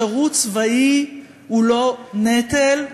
שירות צבאי הוא לא נטל,